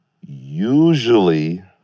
usually